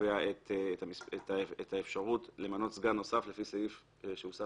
שקובע את האפשרות למנות סגן נוסף לפי סעיף שהוסף